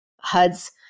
HUD's